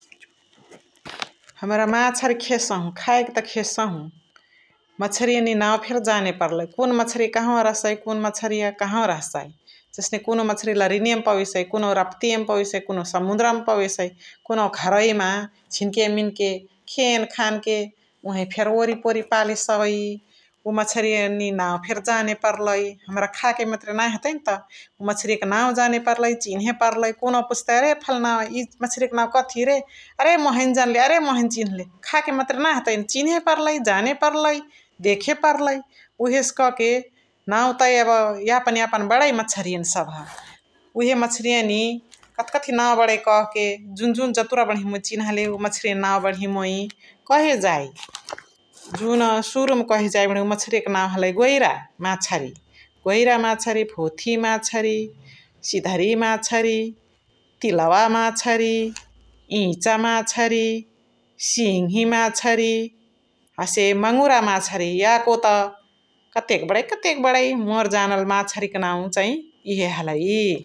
हमरा माछरी खेसहु खायाक त खेसहु मछिरिनी नाउ फेरी जाने पर्लइ । कुन माछरिया कहाँवा रहसइ कुन माछरिया कहाँवा रहसइ जनसे कुन माछरिया लरैनी मा पवेसै, कुन राप्ती मा पवेसै, कुन समुन्दर मा पवेसै, कुनुहु घरवे मा झिन्के मिन्के खेन खान्के ओहोवही फेरी ओरिपोरी पाल सै । उवा माछरिया नि नाउ फेरी जाने पर्लइ हमरा खके मतरे फेनी नाहिहतइनी त माछरिया क नाउ जाने पर्लइ चिन्हे पर्लइ कुनुहु पुछ्तै अरे फल्ल्नावा एय माछरिया का नाउ कथी रे अरे मुइ हैने जन्ले अरे मुइ हैने चिन्ले । खाके मतरे नाहिहतइ चिन्हे पर्लइ, जाने पर्लइ, देखे पर्लइ उहेस क के नाउ त यबा यापन यापन बणै माछरिया नि सभ उहे माछरिया नि कतकअथी कतकअथी बणै कह के जुन जुन जतुरा बणही मुइ चिन्हाले उहे माछरिया नि नाउ बणही मुइ कहे जाइ । जुना सुरु मा कहे जाइ उहे माछरिया क नाउ हलई गोइरा माछरि, भोथि माछरि, सिधरी माछरि, तिलवा माछरि, इचा माछरि, सिङी माछरी हसे मौरा माछरी याको त कतेक बणै कतेक बणै मोर जानल माछरी का नाउ चाई इहे हलई ।